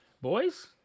Boys